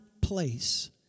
place